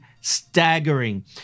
staggering